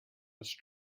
must